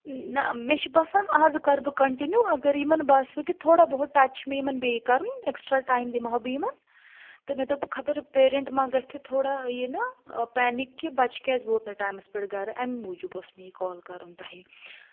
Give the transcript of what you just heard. نہَ مےٚ چھُ باسان اَز کَرٕ بہٕ کَنٹنیو اگر یِمَن باسٮ۪و کہِ تھوڑا بہت ٹَچ چھُ مےٚ یِمَن بیٚیہِ کَرُن ایٚکسٹرا ٹایم دِمہٕ ہا بہٕ یِمَن تہٕ مےٚ دوٚپ خَبَر پیرَنٛٹ ما گَژھِ تھوڑا یہِ نا پینِک کہِ بَچہِ کیٛازِ ووت نہٕ ٹایمَس پٮ۪ٹھ گَرٕ اَمہِ موٗجوٗب اوس مےٚ یہِ کال کَرُن تۄہہِ